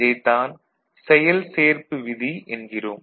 இதைத் தான் செயல் சேர்ப்பு விதி என்கிறோம்